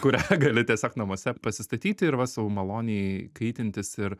kurią gali tiesiog namuose pasistatyti ir va sau maloniai kaitintis ir